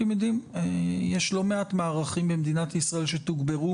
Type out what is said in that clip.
יש לא מעט מערכים במדינת ישראל שתוגברו